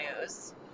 news